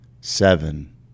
seven